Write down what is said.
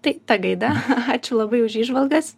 tai ta gaida ačiū labai už įžvalgas